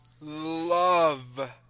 love